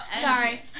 Sorry